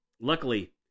luckily